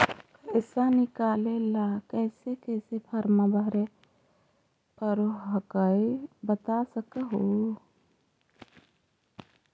पैसा निकले ला कैसे कैसे फॉर्मा भरे परो हकाई बता सकनुह?